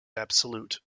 absolute